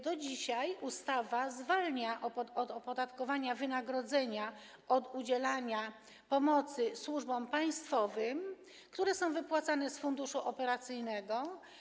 Do dzisiaj ustawa zwalnia od opodatkowania wynagrodzenia od udzielania pomocy służbom państwowym wypłacane z funduszu operacyjnego.